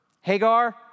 Hagar